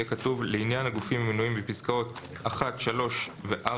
יהיה כתוב: לעניין הגופים המנויים בפסקאות (1) ו-(4)